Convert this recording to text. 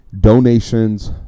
Donations